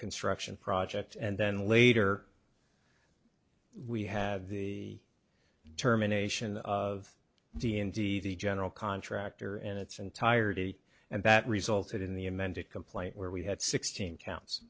construction project and then later we have the determination of d n d the general contractor and its entirety and that resulted in the amended complaint where we had sixteen counts